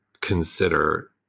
consider